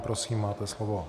Prosím, máte slovo.